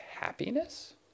happiness